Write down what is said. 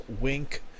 Wink